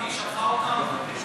להחזיר אותם, היא שלחה אותם.